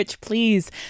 please